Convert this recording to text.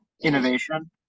innovation